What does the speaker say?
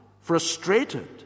frustrated